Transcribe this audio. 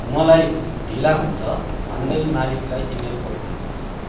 मलाई ढिला हुन्छ भन्दै मालिकलाई इमेल पठाउनुहोस्